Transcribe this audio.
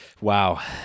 Wow